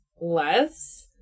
Less